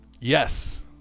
Yes